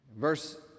Verse